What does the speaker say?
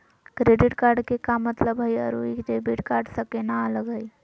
Credit card के का मतलब हई अरू ई डेबिट कार्ड स केना अलग हई?